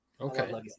Okay